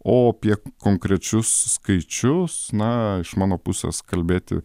o apie konkrečius skaičius na iš mano pusės kalbėti